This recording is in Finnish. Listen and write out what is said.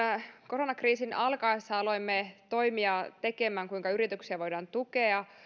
koronakriisin alkaessa aloimme tekemään toimia kuinka yrityksiä voidaan tukea